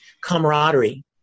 camaraderie